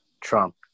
Trump